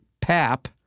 pap